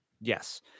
Yes